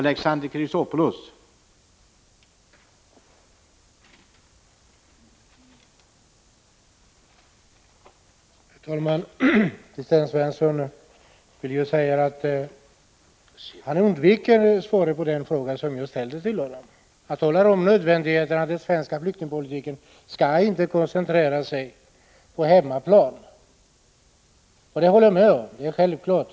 Herr talman! Sten Svensson vill tydligen undvika att svara på den fråga som jag ställde till honom. Han talar i stället om nödvändigheten av att den svenska flyktingpolitiken inte koncentrerar sig på sådant som kan göras på hemmaplan. Det håller jag med om. Det är självklart.